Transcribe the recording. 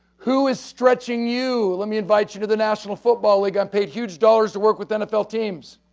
who is stretching you? let me invite you to the national football league. i'm paid huge dollars to work with nfl teams.